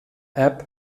app